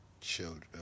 children